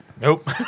Nope